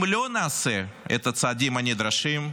אם לא נעשה את הצעדים הנדרשים,